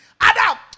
Adam